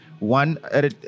one